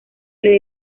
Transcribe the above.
les